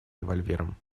револьвером